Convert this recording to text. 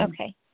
Okay